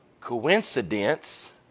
coincidence